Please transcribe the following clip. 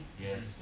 Yes